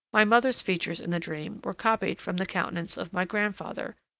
my mother's features in the dream were copied from the countenance of my grandfather,